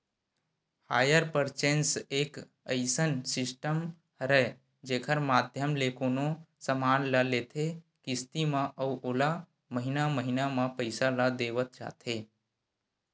hire purchase एक अइसन system हरय जेखर माधियम ले कोनो समान ल लेथे किस्ती म अउ ओला महिना महिना म पइसा ल देवत जाथे